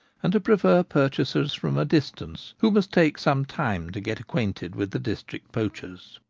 and to prefer pur chasers from a distance, who must take some time to get acquainted with the district poachers.